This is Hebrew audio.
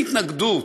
אין התנגדות,